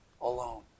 alone